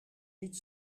niet